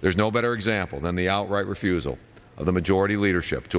there's no better example than the outright refusal of the majority leadership to